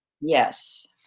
Yes